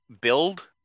build